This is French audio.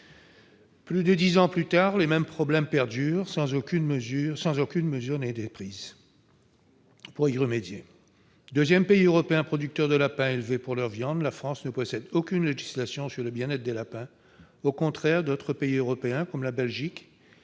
Plus de dix ans plus tard, les mêmes problèmes perdurent et aucune mesure n'a été prise pour y remédier. La France, qui est le deuxième pays européen producteur de lapins élevés pour leur viande, ne dispose d'aucune législation sur le bien-être des lapins, contrairement à d'autres pays européens, comme la Belgique,